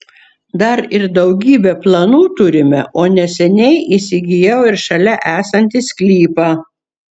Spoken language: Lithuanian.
dar ir daugybę planų turime o neseniai įsigijau ir šalia esantį sklypą